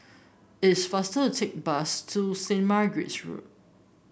it's faster to take the bus to Saint Margaret's Road